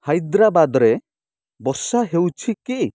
ହାଇଦ୍ରାବାଦ୍ରେ ବର୍ଷା ହେଉଛି କି